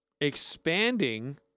expanding